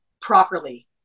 properly